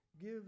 give